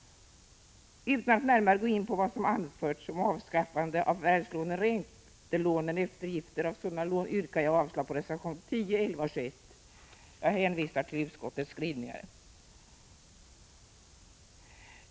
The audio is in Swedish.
Utan att närmare gå in på vad som anförts om avskaffande av förvärvslånen och räntelånen och eftergifter av sådana lån yrkar jag avslag på reservationerna 10, 11 och 21. Jag hänvisar till utskottets skrivningar.